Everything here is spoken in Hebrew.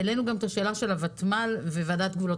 העלינו גם את שאלת הוותמ"ל וועדת גבולות